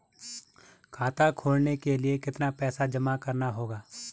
खाता खोलने के लिये कितना पैसा जमा करना होगा?